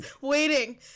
waiting